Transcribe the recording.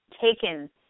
taken